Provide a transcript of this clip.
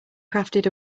crafted